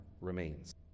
remains